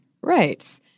Right